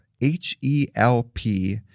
H-E-L-P